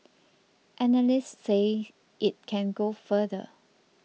analysts say it can go further